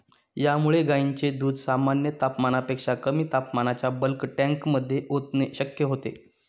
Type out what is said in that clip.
यामुळे गायींचे दूध सामान्य तापमानापेक्षा कमी तापमानाच्या बल्क टँकमध्ये ओतणे शक्य होते